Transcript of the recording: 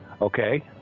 Okay